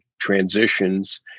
transitions